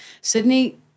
Sydney